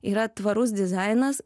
yra tvarus dizainas